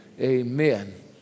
Amen